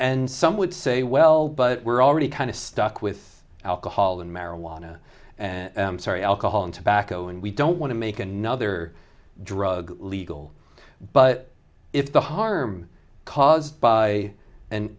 and some would say well but we're already kind of stuck with alcohol and marijuana sorry alcohol and tobacco and we don't want to make another drug legal but if the harm caused by an